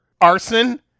arson